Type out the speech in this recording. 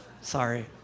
Sorry